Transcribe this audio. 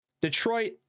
Detroit